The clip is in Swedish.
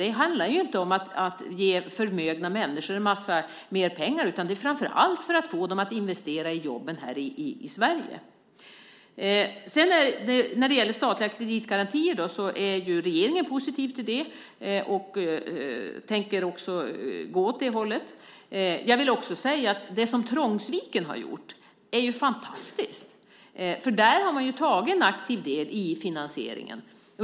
Det handlar inte om att ge förmögna människor en massa mer pengar, utan det handlar framför allt om att få dem att investera i jobben här i Sverige. Regeringen är positiv till statliga kreditgarantier och tänker gå åt det hållet. Jag vill också säga att det som Trångsviken har gjort är fantastiskt. Där har man tagit en aktiv del i finansieringen.